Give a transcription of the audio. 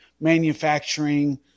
manufacturing